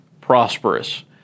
prosperous